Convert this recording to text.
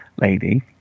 lady